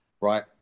right